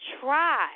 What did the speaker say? try